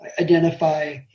identify